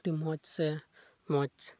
ᱟᱹᱰᱤ ᱢᱚᱡᱽ ᱥᱮ ᱢᱚᱡᱽ